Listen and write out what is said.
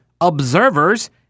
observers